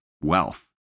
wealth